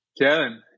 Kevin